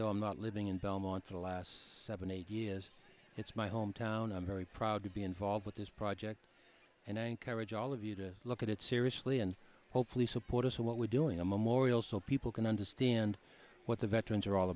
though i'm not living in belmont for the last seven eight years it's my hometown i'm very proud to be involved with this project and anchorage all of you to look at it seriously and hopefully support us in what we're doing a memorial so people can understand what the veterans are all